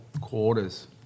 quarters